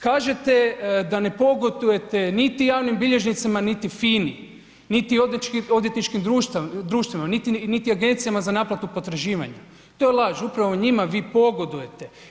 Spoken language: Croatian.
Kažete da ne pogodujete niti javnim bilježnicima, niti FINI, niti odvjetničkim društvima, niti agencijama za naplatu potraživanja, to je laž, upravo njima vi pogodujete.